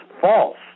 false